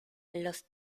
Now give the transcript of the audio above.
los